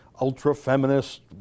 ultra-feminist